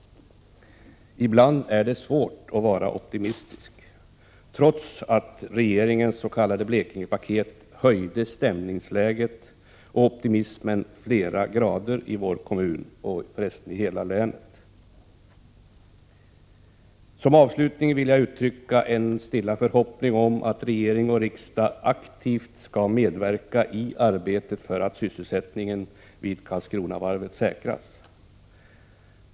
Ibland är det svårt att vara optimistisk, trots att regeringens s.k. Blekingepaket höjde stämningsläget och optimismen flera grader i vår kommun och förresten i hela länet. Som avslutning vill jag uttrycka en stilla förhoppning om att regering och riksdag aktivt skall medverka i arbetet för att sysselsättningen vid Karlskronavarvet säkras.